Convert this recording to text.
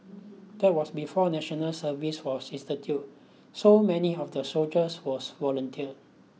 that was before national service was instituted so many of the soldiers was volunteer